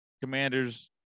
Commanders